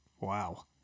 Wow